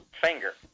finger